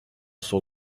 son